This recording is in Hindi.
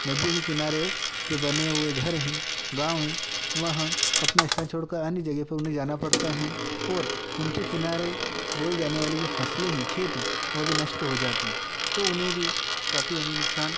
नदियों के किनारे जो बने हुए घर हैं गाँव हैं वह अपना स्थान छोड़कर अन्य जगह पर उन्हें जाना पड़ता है और उनके किनारे बोई जाने वाली जो फसलें हैं खेत हैं वो भी नष्ट हो जाती हैं तो उन्हें भी काफी हमें नुकसान